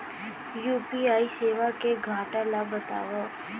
UPI सेवा के घाटा ल बतावव?